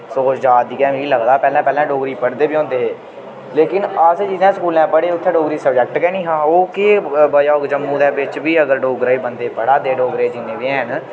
सोच जा दी ऐ मिकी लगदा पैह्लें पैह्लें डोगरी पढ़दे बी होंदे हे लेकिन अस जिस स्कूलें पढ़े उत्थें डोगरी सब्जेक्ट गै नीं हा ओह् केह् वजह् होग जम्मू दे बिच्च बी अगर डोगरे बन्दे पढ़ा दे डोगरे जिन्ने बी हैन